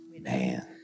Man